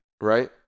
Right